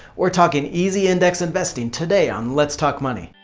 we're talking easy index investing today on let's talk money.